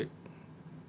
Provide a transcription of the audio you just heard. so void